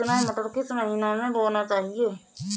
रचना मटर किस महीना में बोना चाहिए?